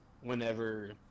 whenever